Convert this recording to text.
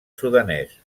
sudanès